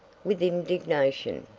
with indignation.